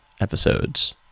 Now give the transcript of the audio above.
episodes